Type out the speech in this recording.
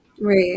Right